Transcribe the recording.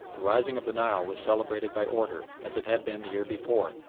the rising of the nile was celebrated by order, as it had been the year before,